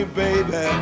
baby